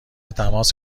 تماس